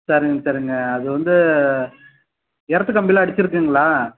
சரிங்க சரிங்க அதுவந்து எர்த்து கம்பிலாம் அடிச்சுருக்குங்களா